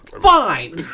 Fine